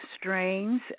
strains